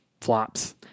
flops